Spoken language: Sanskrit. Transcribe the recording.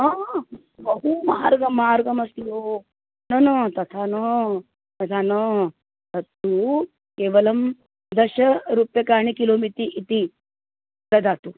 हा बहु मार्गः मार्गमस्ति भो न न तथा न तथा न तत्तु केवलं दशरूप्याणि किलोमिति इति ददातु